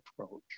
approach